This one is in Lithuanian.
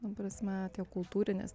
ta prasme tiek kultūrinės